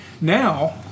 Now